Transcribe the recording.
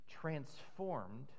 transformed